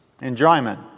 Enjoyment